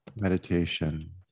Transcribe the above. meditation